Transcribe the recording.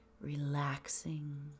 relaxing